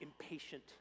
impatient